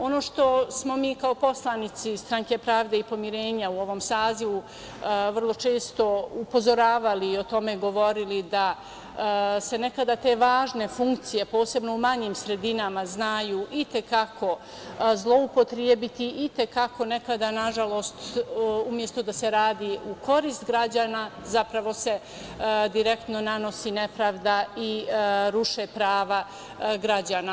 Ono što smo mi kao poslanici Stranke pravde i pomirenja u ovom sazivu vrlo često upozoravali i o tome govorili, jeste da se nekada te važne funkcije, posebno u manjim sredinama, znaju i te kako zloupotrebi i nekada, nažalost, umesto da se radi u korist građana, zapravo se direktno nanosi nepravda i ruše prava građana.